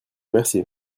remercier